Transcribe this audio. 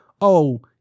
oh-